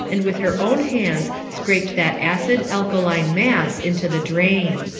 and with her own hands scraped that acid, alkaline mess into the drain.